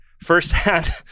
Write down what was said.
first-hand